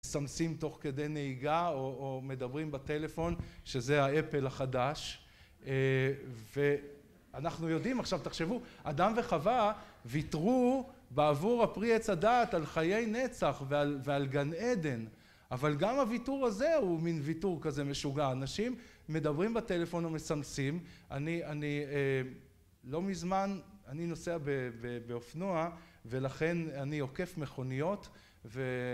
מסמסים תוך כדי נהיגה או מדברים בטלפון שזה האפל החדש ואנחנו יודעים עכשיו תחשבו אדם וחווה ויתרו בעבור הפרי עץ הדת על חיי נצח ועל גן עדן, אבל גם הוויתור הזה הוא מין ויתור כזה משוגע. אנשים מדברים בטלפון ומסמסים. אני לא מזמן אני נוסע באופנוע ולכן אני עוקף מכוניות